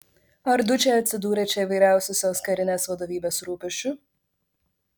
ar dučė atsidūrė čia vyriausiosios karinės vadovybės rūpesčiu